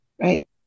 right